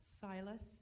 Silas